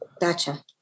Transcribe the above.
gotcha